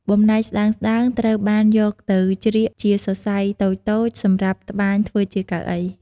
បំណែកស្ដើងៗត្រូវបានយកទៅជ្រៀកជាសរសៃតូចៗសម្រាប់ត្បាញធ្វើជាកៅអី។